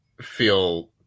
feel